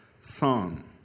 son